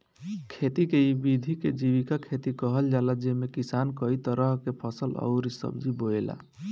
खेती के इ विधि के जीविका खेती कहल जाला जेमे किसान कई तरह के फसल अउरी सब्जी बोएला